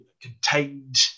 contained